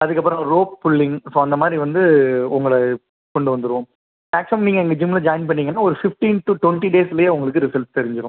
அதுக்கப்புறோம் rope pulling so அந்த மாதிரி வந்து உங்களை கொண்டு வந்துடுவோம் மேக்சிமம் நீங்கள் எங்கள் ஜிம்மில் ஜாயின் பண்ணீங்கனால் ஒரு ஃபிட்டீன் டு டுவெண்ட்டி டேஸ்லையே உங்களுக்கு ரிசல்ட் தெரிஞ்சிடும்